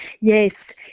Yes